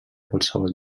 qualsevol